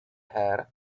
her